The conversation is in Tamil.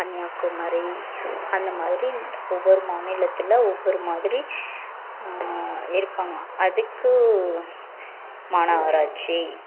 கன்னியாகுமரி அந்த மாதிரி ஒவ்வொரு மாநிலத்தில் ஒவ்வொரு மாதிரி இருப்பாங்களாம் அதுக்கு மாநகராட்சி